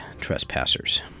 trespassers